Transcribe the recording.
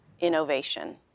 innovation